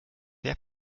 wer